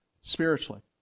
spiritually